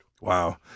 Wow